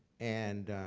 and